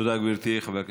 תודה, גברתי.